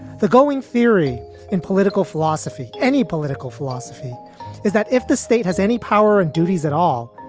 the going theory in political philosophy, any political philosophy is that if the state has any power and duties at all,